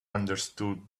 understood